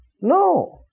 No